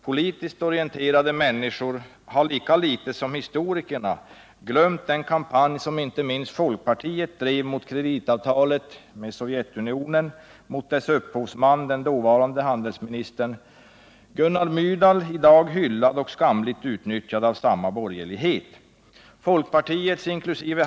Politiskt orienterade människor har lika litet som historikerna glömt den kampanj som inte minst folkpartiet drev mot kreditavtalet med Sovjetunionen och mot dess upphovsman, den dåvarande handelsministern Gunnar Myrdal, i dag hyllad och skamligt utnyttjad av samma borgerlighet. Folkpartiets inkl.